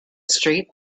street